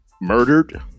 murdered